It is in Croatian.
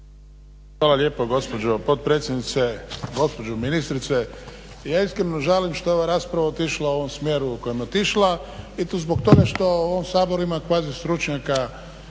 Hvala lijepa gospođo potpredsjednice. Gospođo ministrice. Ja iskreno žalim što je ova rasprava otišla u ovom smjeru u kojem je otišla i to zbog toga što u ovom Saboru ima kvazi stručnjaka